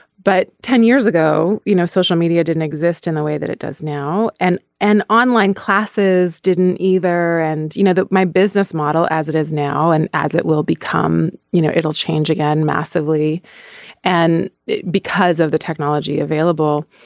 but ten years ago you know social media didn't exist in the way that it does now and an online classes didn't either and you know that my business model as it is now and as it will become you know it'll change again massively and because of the technology available.